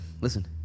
listen